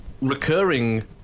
recurring